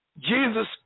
Jesus